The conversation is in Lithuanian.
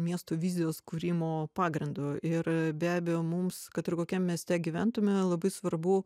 miestų vizijos kūrimo pagrindu ir be abejo mums kad ir kokiame mieste gyventume labai svarbu